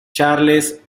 charles